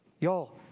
Y'all